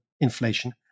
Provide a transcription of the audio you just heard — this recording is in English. inflation